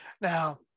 now